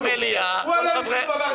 נו, באמת.